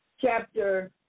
chapter